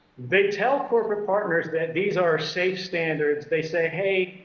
they tell corporate partners that these are safe standards. they say hey,